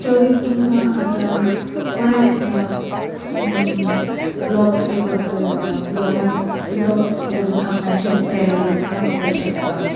तोरी तुमकां आतां कोणाक कितें व्लोग्स बी कोरपा जाल्या व्लॉगांक व्लॉग करून आपणाचे टॅलंट दाखोवपा शकता